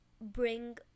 bring